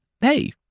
Hey